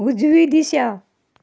उजवी दिशा